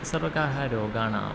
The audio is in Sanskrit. सर्वतः रोगाणाम्